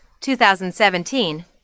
2017